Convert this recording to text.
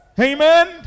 Amen